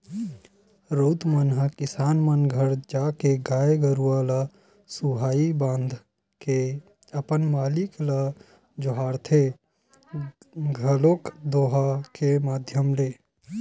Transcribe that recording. राउत मन ह किसान मन घर जाके गाय गरुवा ल सुहाई बांध के अपन मालिक ल जोहारथे घलोक दोहा के माधियम ले